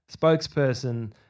spokesperson